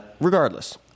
regardless